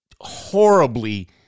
horribly